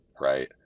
right